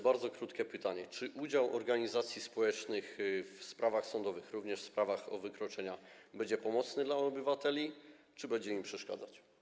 Bardzo krótkie pytanie: Czy udział organizacji społecznych w sprawach sądowych, również w sprawach o wykroczenia, będzie pomocny dla obywateli, czy będzie im przeszkadzać?